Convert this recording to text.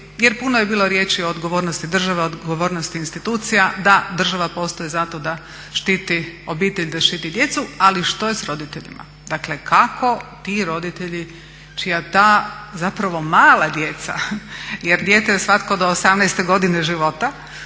jer puno je bilo riječi o odgovornosti države, odgovornosti institucija, da država postoji zato da štiti obitelj, da štiti djecu, ali što je s roditeljima, dakle kako ti roditelji čija ta zapravo mala djeca jer dijete je svatko do 18 godine života,